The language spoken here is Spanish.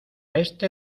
este